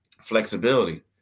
flexibility